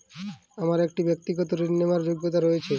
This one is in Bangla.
আমার কী ব্যাক্তিগত ঋণ নেওয়ার যোগ্যতা রয়েছে?